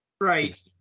right